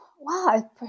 Wow